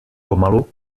pomalu